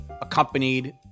accompanied